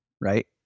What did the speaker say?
right